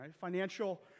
financial